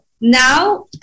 Now